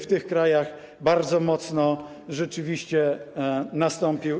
w tych krajach bardzo mocno rzeczywiście wystąpił.